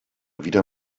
wieder